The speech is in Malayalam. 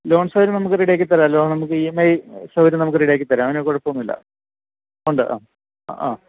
ലോൺ സൗകര്യം നമുക്ക് റെഡിയാക്കി തരാമല്ലോ നമുക്ക് ഇ എം ഐ സൗകര്യം നമുക്ക് റെഡിയാക്കി തരാം അതിന് കുഴപ്പമൊന്നുമില്ല ഉണ്ട് ആ ആ